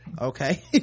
okay